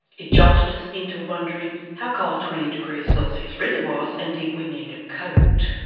it jolted us into wondering how cold twenty degrees celsius really was, and did we need a coat?